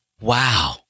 Wow